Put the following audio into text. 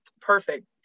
perfect